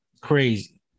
crazy